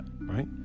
right